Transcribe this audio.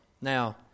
Now